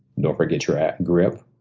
don't forget your grip.